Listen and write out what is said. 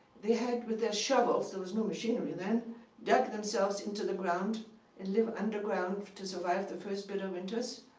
they had with their shovels there was no machinery then dug themselves into the ground and lived underground to survive the first bitter winters.